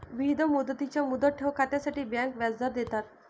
विविध मुदतींच्या मुदत ठेव खात्यांसाठी बँका व्याजदर देतात